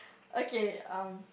okay um